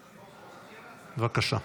בבקשה,